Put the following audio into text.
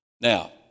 Now